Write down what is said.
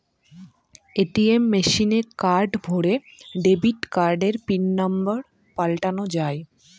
ATM মেশিনে card ভোরে debit কার্ডের পিন নম্বর পাল্টানো যায়